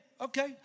okay